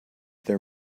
there